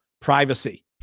privacy